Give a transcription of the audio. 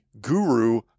guru